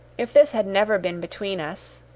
if this had never been between us,